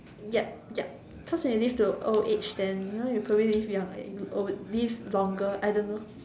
yup yup cause when you live till a old age then you know you probably live young old live longer I don't know